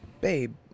Babe